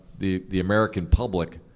the the american public,